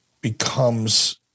becomes